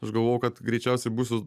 aš galvojau kad greičiausiai būsiu